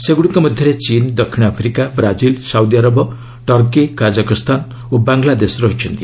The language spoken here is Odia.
ସେଗୁଡ଼ିକ ମଧ୍ୟରେ ଚୀନ୍ ଦକ୍ଷିଣ Africa Brazil Saudi Arab Turkey Kazakhstan ଓ ବାଂଲାଦେଶ ରହିଛନ୍ତି